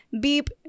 beep